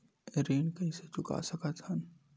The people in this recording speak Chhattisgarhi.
ऋण कइसे चुका सकत हन?